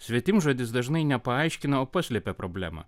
svetimžodis dažnai nepaaiškina paslepia problemą